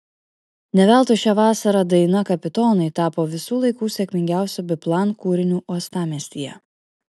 ne veltui šią vasarą daina kapitonai tapo visų laikų sėkmingiausiu biplan kūriniu uostamiestyje